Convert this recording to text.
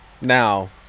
Now